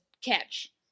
catch